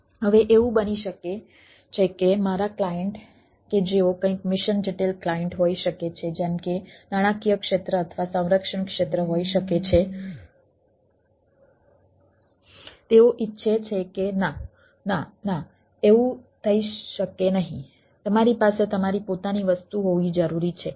હવે એવું બની શકે છે કે મારા ક્લાયન્ટ કે જેઓ કંઈક મિશન જટિલ ક્લાયન્ટ હોઈ શકે છે જેમ કે નાણાકીય ક્ષેત્ર અથવા સંરક્ષણ ક્ષેત્ર હોઈ શકે છે તેઓ ઇચ્છે છે કે ના ના ના એવું થઈ શકે નહીં તમારી પાસે તમારી પોતાની વસ્તુ હોવી જરૂરી છે